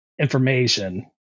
information